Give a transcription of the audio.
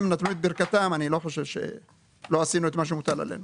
נתנו את ברכתם אני לא חושב שלא עשינו את מה שמוטל עלינו.